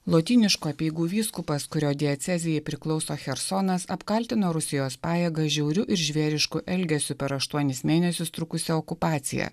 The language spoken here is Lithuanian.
lotyniškų apeigų vyskupas kurio diecezijai priklauso chersonas apkaltino rusijos pajėgas žiauriu ir žvėrišku elgesiu per aštuonis mėnesius trukusią okupaciją